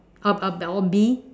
up up down oh bee